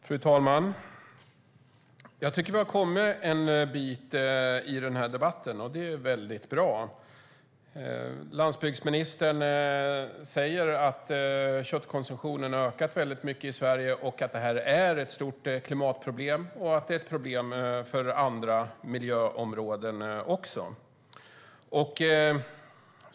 Fru talman! Jag tycker att vi har kommit en bit i den här debatten, och det är bra. Landsbygdsministern säger att köttkonsumtionen har ökat mycket i Sverige och att det är ett stort klimatproblem och ett problem också för andra miljöområden.